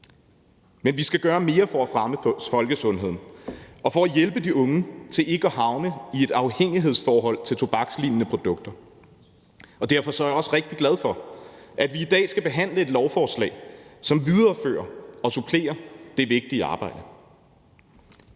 Men vi skal gøre mere for at fremme folkesundheden og for at hjælpe de unge til ikke at havne i et afhængighedsforhold til tobakslignende produkter. Derfor er jeg også rigtig glad for, at vi i dag skal behandle et lovforslag, som viderefører og supplerer det vigtige arbejde.